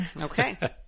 Okay